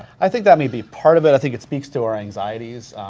i think that may be part of it, i think it speaks to our anxieties,